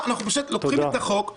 לוקחים את החוק מהידיים,